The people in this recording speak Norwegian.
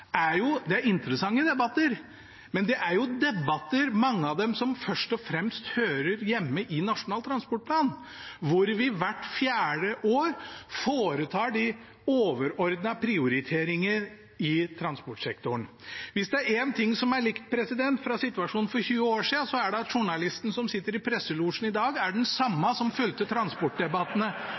er interessante debatter, men mange av dem er debatter som først og fremst hører hjemme i Nasjonal transportplan, hvor vi hvert fjerde år foretar de overordnede prioriteringene i transportsektoren. Hvis det er én ting som er likt situasjonen for 20 år siden, er det at journalisten som sitter i presselosjen i dag, er den samme som fulgte transportdebattene